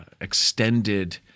extended